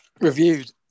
Reviewed